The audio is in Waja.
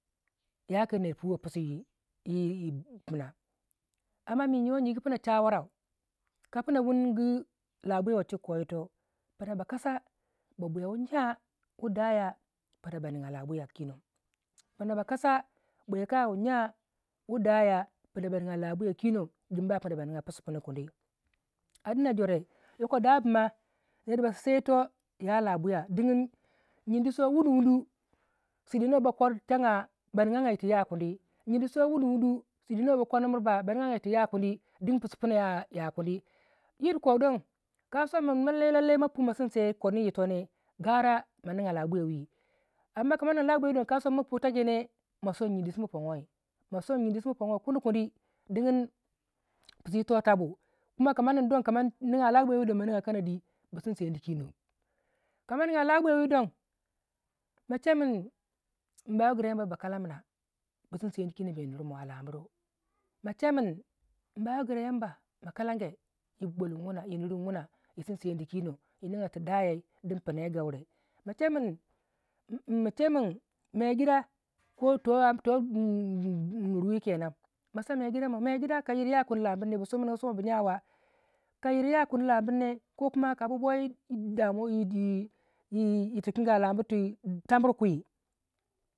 nor nyingu puma kapuroa wuni ningu labuya chika koh yitoh puna ba kasa buya wu nya puna baringa labuya kinoh puna ba kosa byyaka wunya wu daya puna baninga labuya kinan din ba puna ba ninga pusu kundi a duna doreh da buma nor ba sunsei yitah yah labuya dingin nyindi sor wundu wundu su dinor bakor changa baninga tu ya kundi nyindi sor wundu wundu ti dinor ya kundi dingin ningi puma ya kundi yir koh don ka sonu mun lele pun ma pu ma sissei koni yitah ne maningo labuya koma son ma pu tayu yone ma son nyindi su ma ponguwei pusu yitoh tabu kama ninga labuya wi don maninga hanadi bu sindi sendiq kinon kama nin ba labuya wi don ma chemun umba wu gra ba karam na umbe nur moh laburu ma che mun umbawu gra yamba horonge yi balun wuna yi sindi sendi yi ninga tu doyoy ma che mun megida nur wi ka yir ya kundi bu smemengo a lom buru yitingi a lambu ru